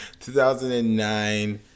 2009